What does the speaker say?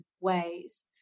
ways